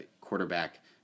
quarterback